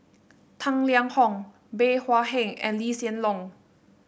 Tang Liang Hong Bey Hua Heng and Lee Hsien Loong